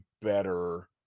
better